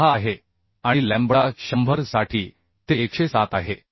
6 आहे आणि लॅम्बडा 100 साठी ते 107 आहे